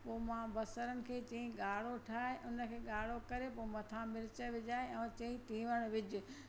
पोइ मां बसरनि खे चयो ॻाड़ो ठाहे उनखे ॻाड़ो करे पोइ मथां मिर्च विझाईं ऐं चयो तींवणु विझ